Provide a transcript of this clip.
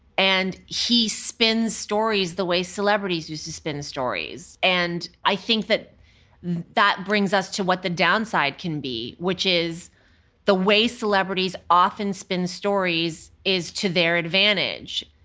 and he spins stories the way celebrities used to spin stories. and i think that that brings us to what the downside can be, which is the way celebrities often spin stories is to their advantage.